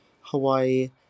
Hawaii